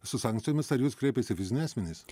su sankcijomis ar į jus kreipiasi fiziniai asmenis